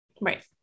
Right